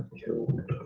killed